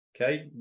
Okay